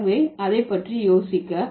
எனவே அதை பற்றி யோசிக்க